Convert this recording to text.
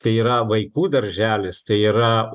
tai yra vaikų darželis tai yra